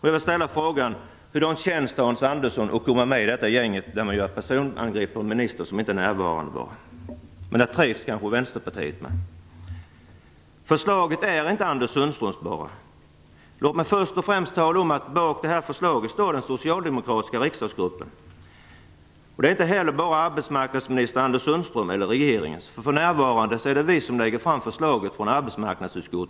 Jag vill ställa frågan: Hurdant känns det, Hans Andersson, att vara med i det gäng som gör personangrepp på en minister som inte är närvarande? Men där trivs kanske vänsterpartisterna. Förslaget är dock inte bara Anders Sundströms. Låt mig först och främst tala om att bakom förslaget står den socialdemokratiska riksdagsgruppen, alltså inte bara arbetsmarknadsminister Anders Sundström och regeringen, och att det för närvarande är vi från arbetsmarknadsutskottet som lägger fram förslaget.